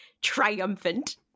triumphant